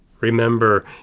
Remember